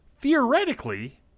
theoretically